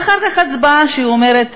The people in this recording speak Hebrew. ואחר כך הצבעה שאומרת: